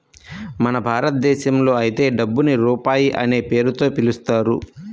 మన భారతదేశంలో అయితే డబ్బుని రూపాయి అనే పేరుతో పిలుస్తారు